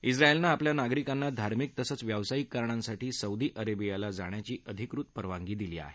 इस्राएलनं आपल्याला नागरिकांना धार्मिक तसंच व्यवसायीक कारणांसाठी सौदी अरेबियाला जाण्याची अधिकृत परवानगी दिली आहे